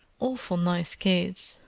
awful nice kids.